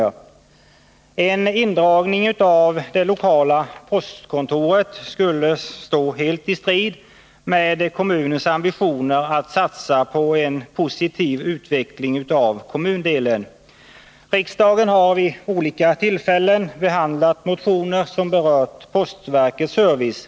tors betydelse som serviceinrättning tors betydelse som serviceinrättning En indragning av det lokala postkontoret skulle stå helt i strid med kommunens ambitioner att satsa på en positiv utveckling av kommundelen. Riksdagen har vid olika tillfällen behandlat motioner som berört postverkets service.